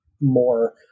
more